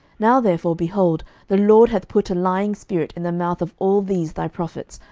now therefore, behold, the lord hath put a lying spirit in the mouth of all these thy prophets,